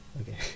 Okay